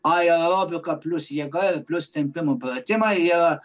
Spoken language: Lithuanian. aerobika plius jėga ir plius tempimo pratimai yra